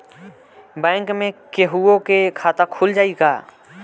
Bank में केहूओ के खाता खुल जाई का?